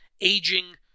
aging